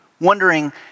wondering